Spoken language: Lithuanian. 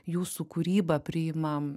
jūsų kūrybą priima